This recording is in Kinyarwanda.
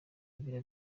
ibirori